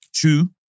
two